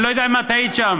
אני לא יודע אם את הייתי שם.